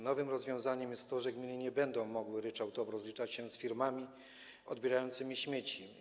Nowym rozwiązaniem jest to, że gminy nie będą mogły ryczałtowo rozliczać się z firmami odbierającymi śmieci.